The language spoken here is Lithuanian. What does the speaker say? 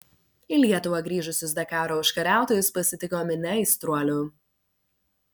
į lietuvą grįžusius dakaro užkariautojus pasitiko minia aistruolių